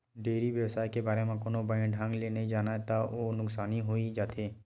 dairy बेवसाय के बारे म कोनो बने ढंग ले नइ जानय त ओला नुकसानी होइ जाथे